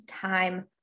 time